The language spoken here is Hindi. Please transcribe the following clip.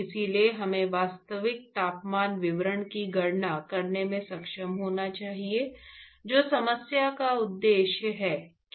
इसलिए हमें वास्तविक तापमान वितरण की गणना करने में सक्षम होना चाहिए जो समस्या का उद्देश्य है कि वह समस्या है